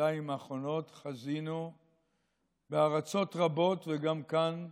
שבשנתיים האחרונות חזינו בארצות רבות וגם כאן,